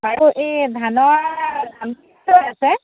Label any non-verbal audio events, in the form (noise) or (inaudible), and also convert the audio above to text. বাৰু এই ধানৰ (unintelligible) আছে